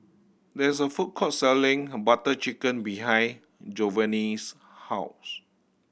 there is a food court selling Butter Chicken behind Jovanni's house